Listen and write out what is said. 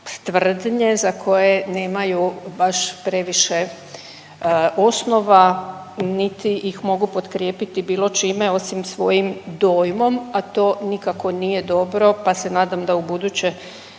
tvrdnje za koje nemaju baš previše osnova niti ih mogu potkrijepiti bilo čime osim svojim dojmom, a to nikako nije dobro pa se nadam da ubuduće